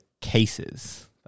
cases